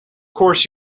course